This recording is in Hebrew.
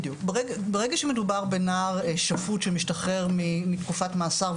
ברגע שמדובר בנער שפוט שמשתחרר מתקופת מעצר,